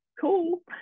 cool